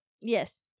Yes